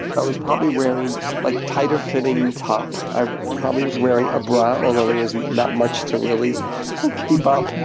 i was probably wearing like tighter fitting top. i probably was wearing a bra, although there was not much to really keep up. and